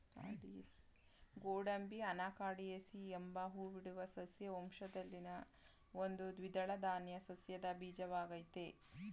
ಗೋಡಂಬಿ ಅನಾಕಾರ್ಡಿಯೇಸಿ ಎಂಬ ಹೂಬಿಡುವ ಸಸ್ಯ ವಂಶದಲ್ಲಿನ ಒಂದು ದ್ವಿದಳ ಧಾನ್ಯ ಸಸ್ಯದ ಬೀಜಕೋಶವಾಗಯ್ತೆ